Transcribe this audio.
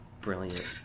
Brilliant